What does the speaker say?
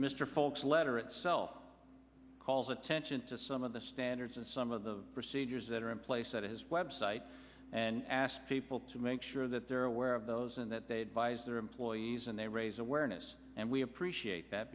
mr fultz letter itself calls attention to some of the standards and some of the procedures that are in place at his web site and ask people to make sure that they're aware of those and that they advise their employees and they raise awareness and we appreciate that